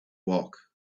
walk